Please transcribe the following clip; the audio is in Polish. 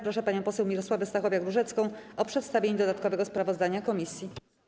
Proszę panią poseł Mirosławę Stachowiak-Różecką o przedstawienie dodatkowego sprawozdania komisji.